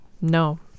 No